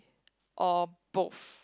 or both